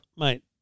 Mate